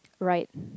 right